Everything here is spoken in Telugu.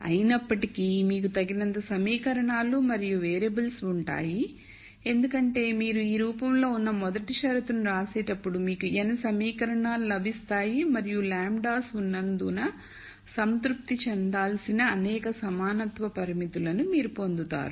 అయినప్పటికీ మీకు తగినంత సమీకరణాలు మరియు వేరియబుల్స్ ఉంటాయి ఎందుకంటే మీరు ఈ రూపంలో ఉన్న మొదటి షరతును వ్రాసేటప్పుడు మీకు n సమీకరణాలు లభిస్తాయి మరియు లాంబ్డాస్ ఉన్నందున సంతృప్తి చెందాల్సిన అనేక సమానత్వ పరిమితులను మీరు పొందుతారు